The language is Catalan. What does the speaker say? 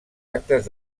actes